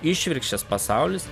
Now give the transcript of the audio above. išvirkščias pasaulis